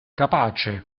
capace